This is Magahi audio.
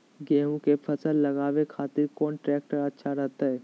गेहूं के फसल लगावे खातिर कौन ट्रेक्टर अच्छा रहतय?